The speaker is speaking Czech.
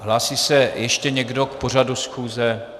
Hlásí se ještě někdo k pořadu schůze?